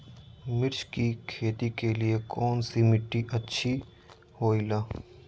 मिर्च की खेती के लिए कौन सी मिट्टी अच्छी होईला?